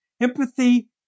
Empathy